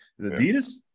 Adidas